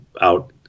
out